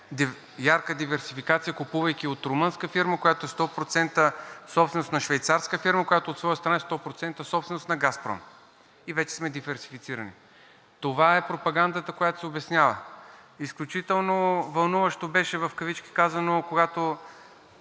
ярка диверсификация, купувайки от румънска фирма, която е 100% собственост на швейцарска фирма, която от своя страна е 100% собственост на „Газпром“, и вече сме диверсифицирани – това е пропагандата, която се обяснява. Изключително вълнуващо беше, в кавички казано, когато